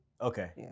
Okay